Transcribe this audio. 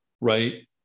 right